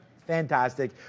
fantastic